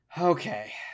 Okay